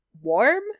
Warm